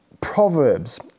Proverbs